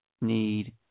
need